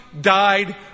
died